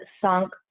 sunk